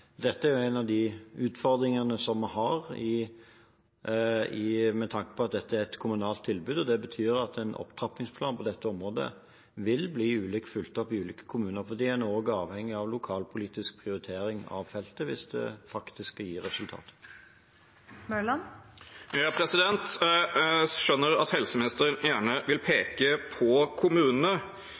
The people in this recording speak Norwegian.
dette er en av de utfordringene vi har, med tanke på at dette er et kommunalt tilbud. Det betyr at en opptrappingsplan på dette området vil bli ulikt fulgt opp i ulike kommuner, fordi en er også avhengig av lokalpolitisk prioritering av feltet hvis det faktisk skal gi resultater. Jeg skjønner at helseministeren gjerne vil peke på kommunene,